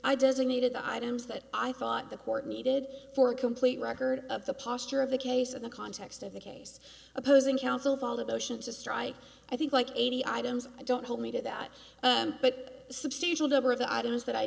i designated the items that i thought the court needed for a complete record of the posture of the case in the context of the case opposing counsel of all the motions to strike i think like eighty items i don't hold me to that but substantial number of the items that i